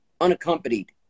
unaccompanied